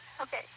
Okay